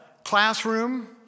classroom